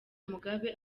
mugabe